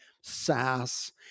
SaaS